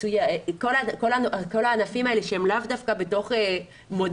כל הענפים האלה שהם לאו דווקא בתוך מודל